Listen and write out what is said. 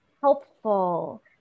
helpful